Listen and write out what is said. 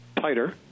tighter